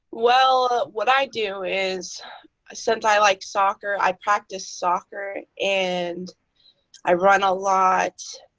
well, what i do is ah since i like soccer, i practice soccer, and i run a lot,